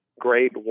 great